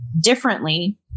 differently